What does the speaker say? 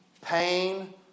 pain